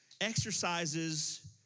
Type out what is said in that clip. exercises